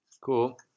Cool